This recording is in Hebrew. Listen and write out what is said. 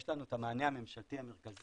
יש לנו את המענה הממשלתי המרכזי,